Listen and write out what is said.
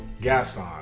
Gaston